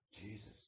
Jesus